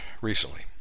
recently